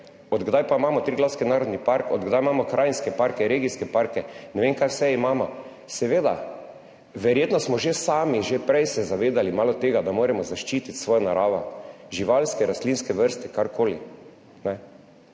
Od kdaj pa imamo Triglavski narodni park? Od kdaj imamo krajinske parke, regijske parke? Ne vem kaj vse imamo. Seveda verjetno smo že sami že prej se zavedali malo tega, da moramo zaščititi svojo naravo, živalske, rastlinske vrste, karkoli.